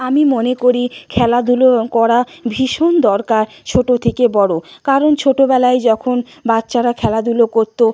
আমি মনে করি খেলাধুলো করা ভীষণ দরকার ছোটো থেকে বড় কারণ ছোটোবেলায় যখন বাচ্চারা খেলাধুলো করত